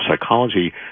psychology